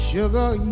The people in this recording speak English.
Sugar